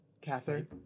Catherine